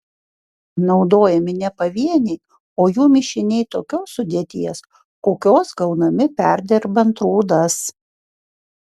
naudojami ne pavieniai o jų mišiniai tokios sudėties kokios gaunami perdirbant rūdas